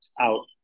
out